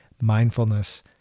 mindfulness